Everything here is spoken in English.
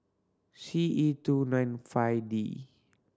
C E two nine five D